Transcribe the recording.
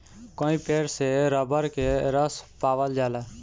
कई पेड़ से रबर के रस पावल जाला